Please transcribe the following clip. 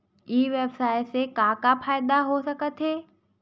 ई व्यवसाय से का का फ़ायदा हो सकत हे?